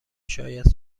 شاید